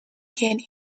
gain